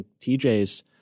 TJ's